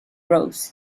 rose